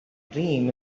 dream